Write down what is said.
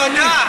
אלוף המדע.